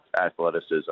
athleticism